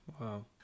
Wow